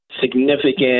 significant